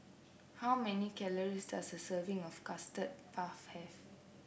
how many calories does a serving of Custard Puff have